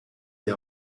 die